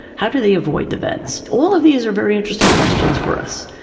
how do they avoid the bends? all of these are very interesting questions for us.